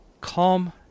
calm